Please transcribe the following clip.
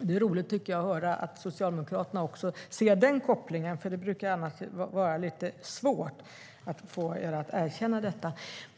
Det är roligt, tycker jag, att höra att Socialdemokraterna också ser den kopplingen. Det brukar annars vara lite svårt att få er att erkänna detta.